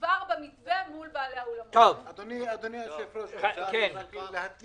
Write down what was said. המועד שבו ניתן יהיה להגיש